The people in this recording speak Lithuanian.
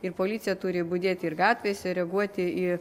ir policija turi budėti ir gatvėse reaguoti į